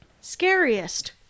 scariest